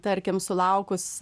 tarkim sulaukus